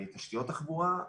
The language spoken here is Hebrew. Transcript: תשתיות תחבורה,